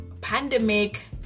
pandemic